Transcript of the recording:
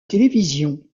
télévision